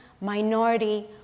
minority